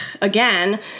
again